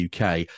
uk